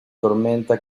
tormenta